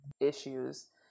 issues